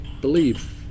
believe